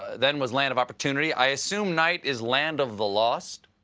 then was land of opportunity. i assume night is land of the lost.